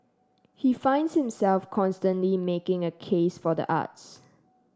he finds himself constantly making a case for the arts